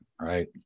Right